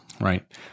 right